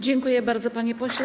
Dziękuję bardzo, panie pośle.